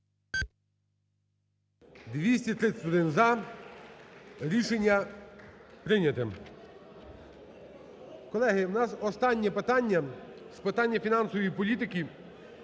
За-231 Рішення прийнято. Колеги, у нас останнє питання з питань фінансової політики,